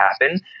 happen